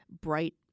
bright